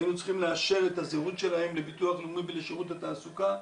היינו צריכים לאשר את הזהות שלהם לביטוח לאומי ולשירות התעסוקה,